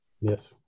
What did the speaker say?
Yes